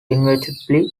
inevitably